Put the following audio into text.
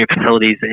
facilities